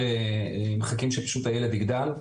אז מחכים שפשוט הילד יגדל.